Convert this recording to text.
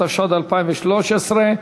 התשע"ד 2013,